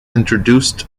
introduced